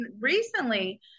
recently